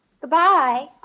Goodbye